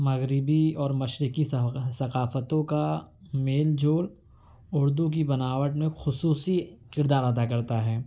مغربی اور مشرقی ثقافتوں کا میل جول اردو کی بناوٹ میں خصوصی کردار ادا کرتا ہے